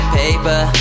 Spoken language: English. paper